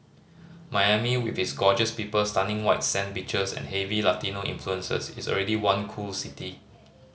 Miami with its gorgeous people stunning white sand beaches and heavy Latino influences is already one cool city